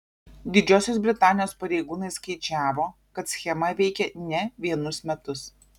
didžiosios britanijos pareigūnai skaičiavo kad schema veikė ne vienus metus